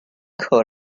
可能